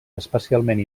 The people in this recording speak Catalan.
especialment